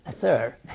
Sir